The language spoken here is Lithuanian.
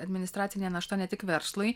administracinė našta ne tik verslui